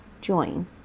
Join